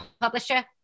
publisher